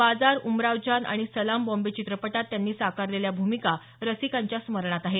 बाजार उमरावजान आणि सलाम बॉम्बे चित्रपटात त्यांनी साकारलेल्या भूमिका रसिकांच्या स्मरणात आहेत